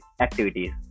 activities